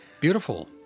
Beautiful